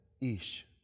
Ish